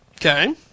Okay